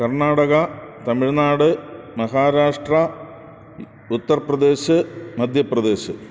Karnataka Tamil Nadu Maharashtra Uttar Pradesh Madhya Pradesh